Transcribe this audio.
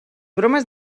bromes